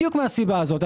בדיוק מהסיבה הזאת.